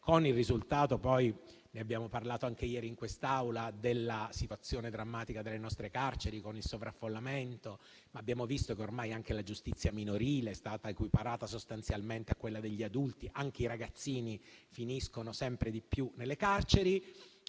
con il risultato, di cui abbiamo parlato anche ieri in quest'Aula, della situazione drammatica delle nostre carceri per il loro sovraffollamento. Abbiamo visto che ormai anche la giustizia minorile è stata equiparata sostanzialmente a quella degli adulti ed anche i ragazzini finiscono sempre di più nelle carceri.